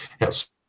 Yes